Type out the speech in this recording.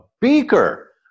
beaker